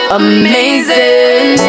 amazing